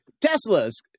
Tesla's